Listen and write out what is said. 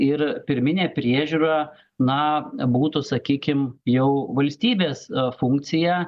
ir pirminę priežiūrą na būtų sakykim jau valstybės funkcija